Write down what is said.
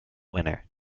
winner